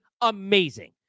amazing